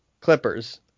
Clippers